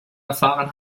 erfahren